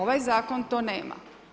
Ovaj zakon to nema.